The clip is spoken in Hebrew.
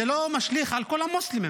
זה לא משליך על כל המוסלמים.